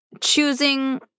choosing